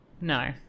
No